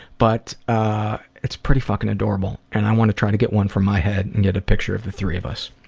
but ah it's pretty fucking adorable and i want to try to get one for my head and get a picture of the three of us.